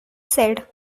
said